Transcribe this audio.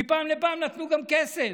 מפעם לפעם נתנו גם כסף.